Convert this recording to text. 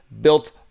Built